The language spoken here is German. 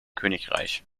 königreich